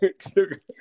sugar